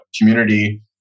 community